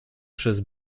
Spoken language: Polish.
przez